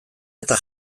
eta